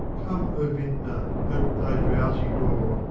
come, o vintner, ope thy drowsy door!